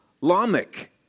Lamech